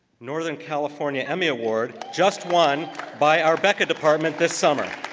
northern california emmy award just won by our beca department this summer.